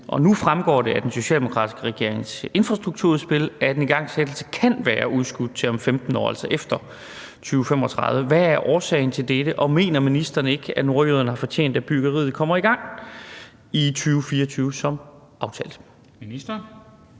Og nu fremgår det af den socialdemokratiske regerings infrastrukturudspil, at igangsættelse kan være udskudt til om 15 år, altså efter 2035. Hvad er årsagen til dette, og mener ministeren ikke, at nordjyderne har fortjent, at byggeriet kommer i gang i 2024 som aftalt? Kl.